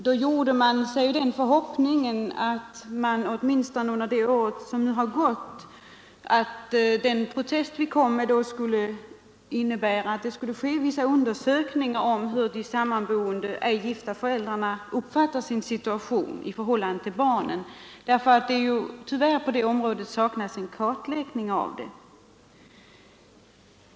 Då hade vi förhoppningen att den protest vi framförde skulle medföra att det under det år som nu har gått skulle åtminstone företas vissa undersökningar av hur de samboende ej gifta föräldrarna uppfattar sin situation i förhållande till barnen, eftersom det ju på det området tyvärr saknas en kartläggning.